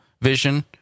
vision